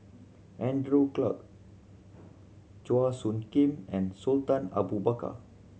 Andrew Clarke Chua Soo Khim and Sultan Abu Bakar